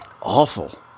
awful